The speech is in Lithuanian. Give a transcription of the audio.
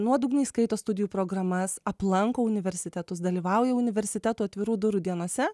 nuodugniai skaito studijų programas aplanko universitetus dalyvauja universiteto atvirų durų dienose